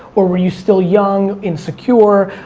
or were you still young, insecure,